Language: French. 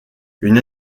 une